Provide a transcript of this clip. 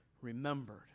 remembered